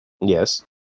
Yes